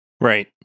Right